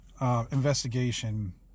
investigation